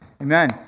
Amen